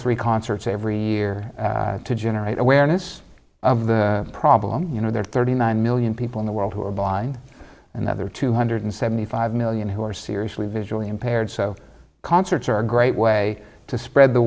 three concerts every year to generate awareness of the problem you know there are thirty nine million people in the world who are blind and the other two hundred seventy five million who are seriously visually impaired so concerts are a great way to spread the